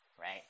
right